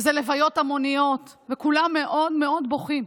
ואלה לוויות המוניות, וכולם מאוד מאוד בוכים.